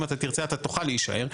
אם אתה תרצה אתה תוכל להישאר,